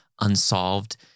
unsolved